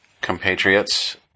compatriots